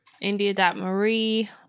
India.Marie